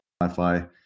wi-fi